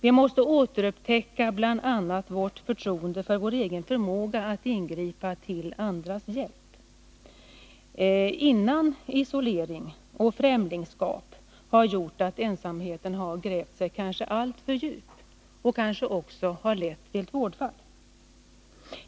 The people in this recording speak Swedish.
Vi måste återupptäcka bl.a. vårt förtroende för vår egen förmåga att ingripa till andras hjälp — innan isolering och främlingskap har gjort att ensamheten grävt sig för djupt och kanske också lett till ett vårdfall.